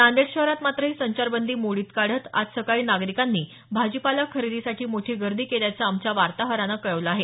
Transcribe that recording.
नांदेड शहरात मात्र या संचारबंदी मोडीत काढत आज सकाळी नागरीकांनी भाजीपाला खरेदीसाठी मोठी गर्दी केल्याचं आमच्या वार्ताहरानं कळवलं आहे